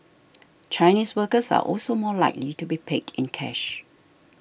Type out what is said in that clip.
Chinese workers are also more likely to be paid in cash